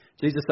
Jesus